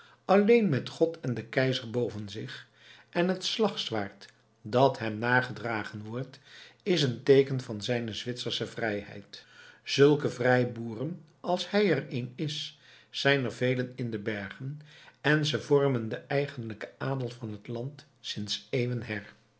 alleen met god en den keizer boven zich en het slagzwaard dat hem nagedragen wordt is het teeken van zijne zwitsersche vrijheid zulke vrijboeren als hij er een is zijn er velen in de bergen en ze vormen den eigenlijken adel van het land sinds eeuwen her